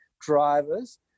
drivers